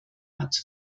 hat